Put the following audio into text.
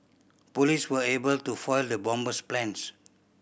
police were able to foil the bomber's plans